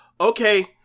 okay